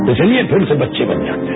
तो चलिए फिर से बच्चे बन जाते हैं